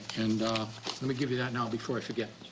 and um give you that and before i forget.